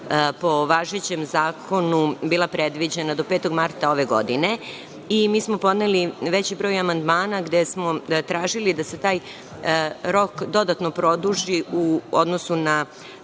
po važećem zakonu bila predviđena do 5. marta ove godine. Mi smo podneli veći broj amandmana gde smo tražili da se taj rok dodatno produži u odnosu na